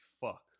fuck